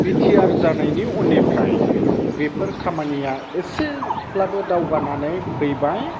बि T R जानायनि उननिफ्राय बेफोर खामानिया एसेब्लाबो दावगानानै फैबाय